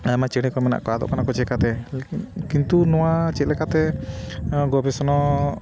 ᱟᱭᱢᱟ ᱪᱮᱬᱮ ᱠᱚ ᱢᱮᱱᱟᱜ ᱠᱚᱣᱟ ᱟᱫᱚᱜ ᱠᱟᱱᱟ ᱠᱚ ᱪᱤᱠᱟᱹᱛᱮ ᱠᱤᱱᱛᱩ ᱱᱚᱣᱟ ᱪᱮᱫ ᱞᱮᱠᱟᱛᱮ ᱜᱚᱵᱮᱥᱚᱱᱟ